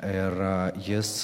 ir jis